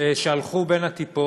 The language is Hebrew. שהלכו בין הטיפות,